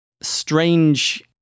strange